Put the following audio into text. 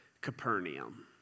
Capernaum